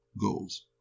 goals